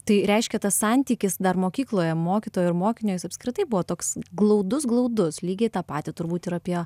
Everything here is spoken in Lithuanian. tai reiškia tas santykis dar mokykloje mokytojo ir mokinio jis apskritai buvo toks glaudus glaudus lygiai tą patį turbūt ir apie